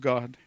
God